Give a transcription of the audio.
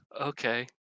okay